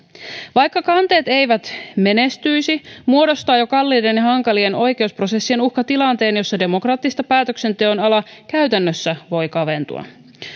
vaikka kanteet eivät menestyisi muodostaa jo kalliiden ja hankalien oikeusprosessien uhka tilanteen jossa demokraattisen päätöksenteon ala käytännössä voi kaventua